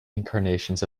incarnations